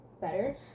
better